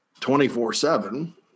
24-7